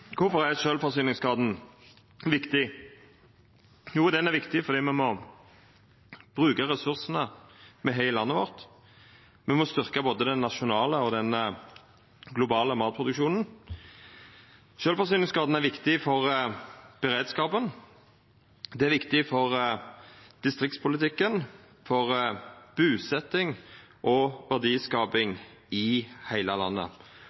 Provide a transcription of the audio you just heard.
Jo, han er viktig fordi me må bruka ressursane me har i landet vårt. Me må styrkja både den nasjonale og den globale matproduksjonen. Sjølvforsyningsgraden er viktig for beredskapen, han er viktig for distriktspolitikken, og han er viktig for busetjing og verdiskaping i heile landet.